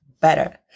better